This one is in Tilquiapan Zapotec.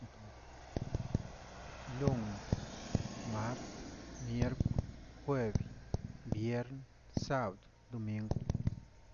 Lon, mart, mierkw, juebi, viern, sabd, domingw.